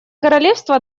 королевство